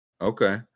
Okay